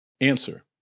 Answer